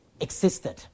Existed